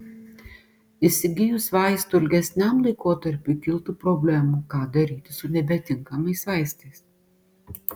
įsigijus vaistų ilgesniam laikotarpiui kiltų problemų ką daryti su nebetinkamais vaistais